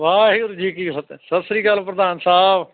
ਵਾਹਿਗੁਰੂ ਜੀ ਕੀ ਫਤਿਹ ਸਤਿ ਸ਼੍ਰੀ ਅਕਾਲ ਪ੍ਰਧਾਨ ਸਾਹਿਬ